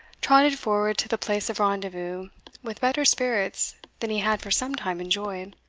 trotted forward to the place of rendezvous with better spirits than he had for some time enjoyed.